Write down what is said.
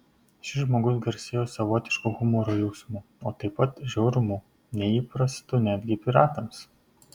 šis žmogus garsėjo savotišku humoro jausmu o taip pat žiaurumu neįprastu netgi piratams